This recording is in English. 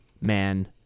man